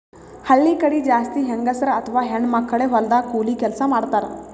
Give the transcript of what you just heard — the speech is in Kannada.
ಹಳ್ಳಿ ಕಡಿ ಜಾಸ್ತಿ ಹೆಂಗಸರ್ ಅಥವಾ ಹೆಣ್ಣ್ ಮಕ್ಕಳೇ ಹೊಲದಾಗ್ ಕೂಲಿ ಕೆಲ್ಸ್ ಮಾಡ್ತಾರ್